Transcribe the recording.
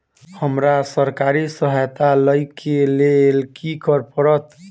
हमरा सरकारी सहायता लई केँ लेल की करऽ पड़त?